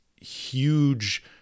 huge